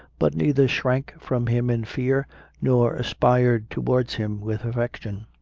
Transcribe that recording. but neither shrank from him in fear nor aspired towards him with affection.